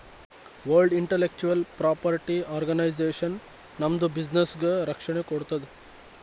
world intellectual property organisation ನಮ್ದು ಬಿಸಿನ್ನೆಸ್ಗ ರಕ್ಷಣೆ ಕೋಡ್ತುದ್